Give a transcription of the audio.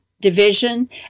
Division